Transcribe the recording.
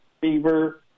fever